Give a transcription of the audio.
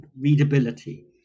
readability